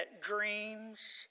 dreams